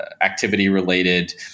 activity-related